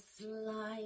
slide